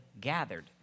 gathered